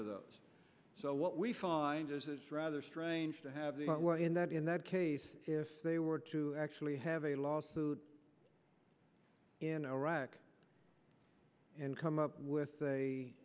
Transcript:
to those so what we find is rather strange to have in that in that case if they were to actually have a lawsuit in iraq and come up with